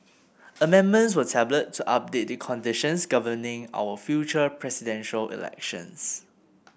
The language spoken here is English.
amendments were tabled to update the conditions governing our future Presidential Elections